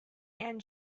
and